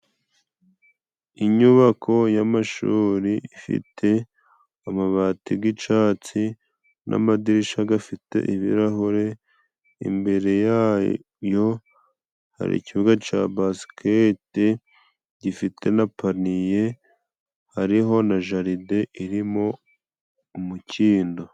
inyubako y'amashuri ifite amabati g'icatsi n'amadirisha gafite ibirahure. Imbere yayo hari ikibuga ca basikete gifite na paniye, hariho na jaride irimo umukindo.